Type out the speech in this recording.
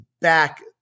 back